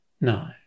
No